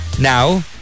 Now